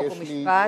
חוק ומשפט.